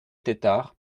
tétart